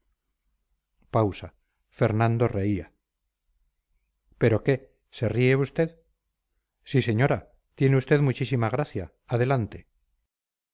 de sus aventuras pausa fernando reía pero qué se ríe usted sí señora tiene usted muchísima gracia adelante